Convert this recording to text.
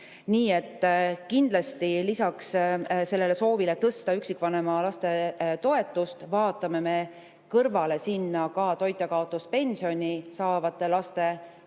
et kindlasti lisaks soovile tõsta üksikvanema laste toetust, vaatame me kõrvale sinna ka toitjakaotuspensioni saavate laste